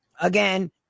Again